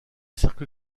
cercle